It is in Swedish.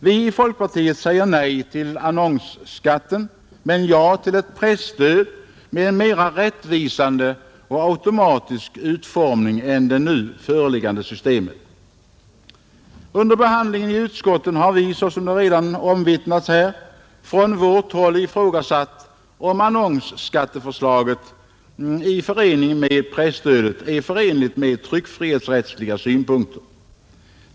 Vi i folkpartiet säger nej till annonsskatten men ja till ett presstöd med en mera rättvisande och automatisk utformning än det nu föreslagna systemet. Under behandlingen i utskottet har vi, såsom redan omvittnats här, från vårt håll ifrågasatt om annonsskatteförslaget i kombination med presstödet är förenligt med tryckfrihetsrättsliga synpunkter.